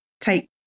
take